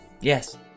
Yes